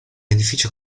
edificio